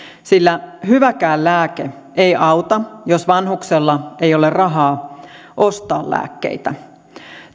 sillä hyväkään lääke ei auta jos vanhuksella ei ole rahaa ostaa lääkkeitä